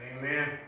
Amen